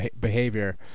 Behavior